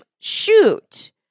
shoot